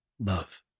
Love